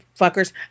Fuckers